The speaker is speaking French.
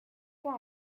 fois